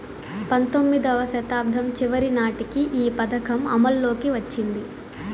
పంతొమ్మిదివ శతాబ్దం చివరి నాటికి ఈ పథకం అమల్లోకి వచ్చింది